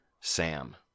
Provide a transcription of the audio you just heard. Sam